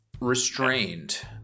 restrained